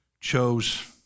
chose